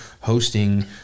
hosting